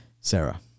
Sarah